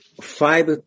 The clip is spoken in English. five